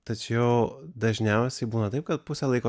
tačiau dažniausiai būna taip kad pusę laiko